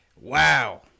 Wow